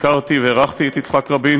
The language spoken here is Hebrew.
הכרתי והערכתי את יצחק רבין